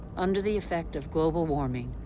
under the effect of global warming,